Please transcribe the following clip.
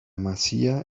masía